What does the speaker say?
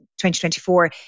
2024